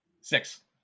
Six